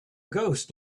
ghost